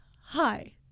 hi